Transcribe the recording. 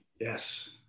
Yes